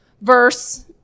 verse